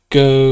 go